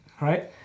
right